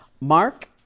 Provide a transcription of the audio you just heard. Mark